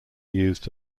used